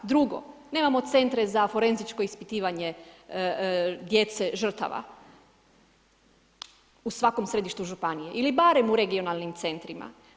Drugo, nemamo centre za forenzičko ispitivanje djece žrtava u svakom središtu županije ili barem u regionalnim centrima.